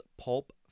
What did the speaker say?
Pulp